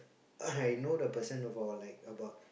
I know the person for like about